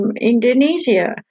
Indonesia